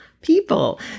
people